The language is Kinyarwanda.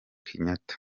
kenyatta